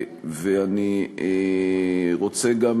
אני רוצה גם,